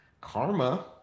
karma